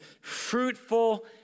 fruitful